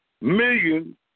million